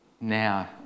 now